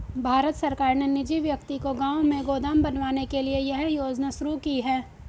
भारत सरकार ने निजी व्यक्ति को गांव में गोदाम बनवाने के लिए यह योजना शुरू की है